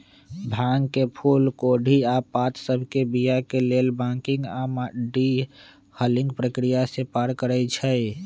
भांग के फूल कोढ़ी आऽ पात सभके बीया के लेल बंकिंग आऽ डी हलिंग प्रक्रिया से पार करइ छै